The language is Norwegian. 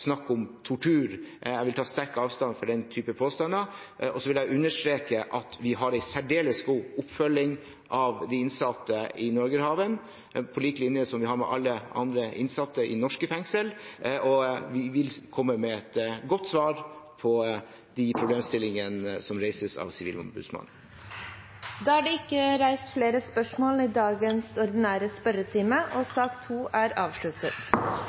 snakk om tortur. Jeg vil ta sterkt avstand fra den typen påstander, og jeg vil understreke at vi har en særdeles god oppfølging av de innsatte i Norgerhaven, på lik linje med det vi har av alle andre innsatte i norske fengsler. Vi vil komme med et godt svar på de problemstillingene som reises av Sivilombudsmannen. Da er det ikke reist flere spørsmål i dagens ordinære spørretime, og sak nr. 2 er avsluttet.